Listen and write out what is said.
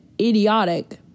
idiotic